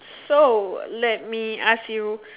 so let me ask you